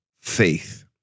faith